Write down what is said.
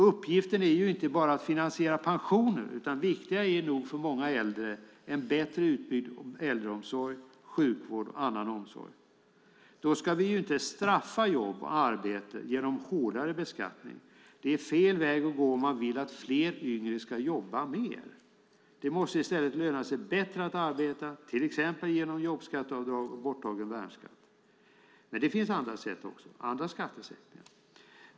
Uppgiften är inte bara att finansiera pensioner, utan viktigare är nog för många äldre en bättre utbyggd äldreomsorg, sjukvård och annan omsorg. Då ska vi inte straffa arbete genom hårdare beskattning. Det är fel väg att gå om man vill att fler yngre ska jobba mer. Det måste i stället löna sig bättre att arbeta, till exempel genom jobbskatteavdrag och borttagen värnskatt. Men det finns andra sätt också - andra skattesänkningar.